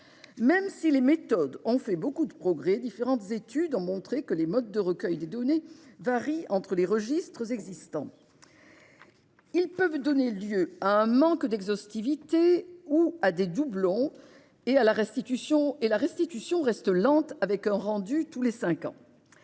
Même si les méthodes ont fait beaucoup de progrès, différentes études ont montré que les modes de recueil des données varient entre les registres existants. Il peut en résulter un manque d'exhaustivité ou des doublons. En outre, la restitution reste lente, le rendu se faisant tous les cinq ans.